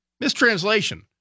mistranslation